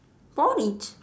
porridge